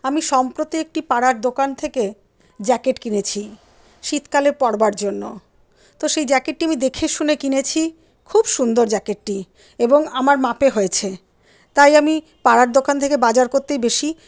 আমি সম্প্রতি একটি পাড়ার দোকান থেকে জ্যাকেট কিনেছি শীতকালে পড়বার জন্য তো সেই জ্যাকেটটি আমি দেখে শুনে কিনেছি খুব সুন্দর জ্যাকেটটি এবং আমার মাপে হয়েছে তাই আমি পাড়ার দোকান থেকে বাজার করতেই বেশি